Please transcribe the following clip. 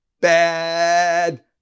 bad